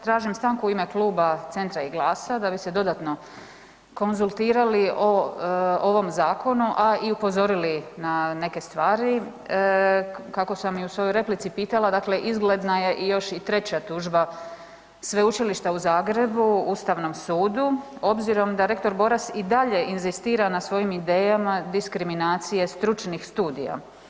Tražim stanku u ime Kluba Centra i GLAS-a da bi se dodatno konzultirali o ovom zakonu, a i upozorili na neke stvari kako sam i u svojoj replici pitala, dakle izgledna je još i treća tužba Sveučilišta u Zagrebu Ustavnom sudu, obzirom da rektor Boras i dalje inzistira na svojim idejama diskriminacije stručnih studija.